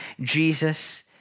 Jesus